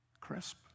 crisp